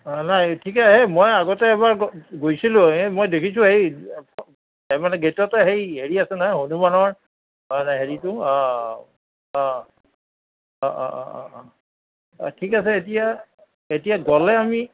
অঁ নাই ঠিকে সেই মই আগতে এবাৰ গৈছিলোয়ে মই দেখিছোঁ সেই তাৰ মানে গেটতে এই হেৰি আছে নহয় হনুমানৰ তাৰ মানে হেৰিটো অঁ অঁ অঁ ঠিক আছে এতিয়া এতিয়া গ'লে আমি